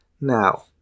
Now